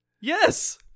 Yes